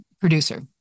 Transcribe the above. producer